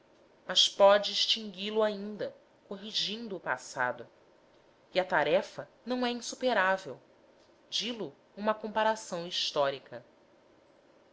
mas pode extingui lo ainda corrigindo o passado e a tarefa não é insuperável di lo uma comparação histórica